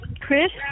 Chris